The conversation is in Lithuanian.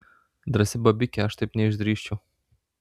drąsi bobikė aš taip neišdrįsčiau